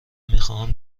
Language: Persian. میخواهم